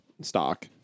stock